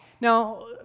Now